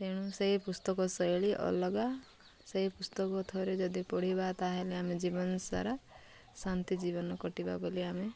ତେଣୁ ସେଇ ପୁସ୍ତକ ଶୈଳୀ ଅଲଗା ସେଇ ପୁସ୍ତକ ଥରେ ଯଦି ପଢ଼ିବା ତାହେଲେ ଆମେ ଜୀବନ ସାରା ଶାନ୍ତି ଜୀବନ କଟିବା ବୋଲି ଆମେ